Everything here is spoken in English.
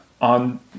on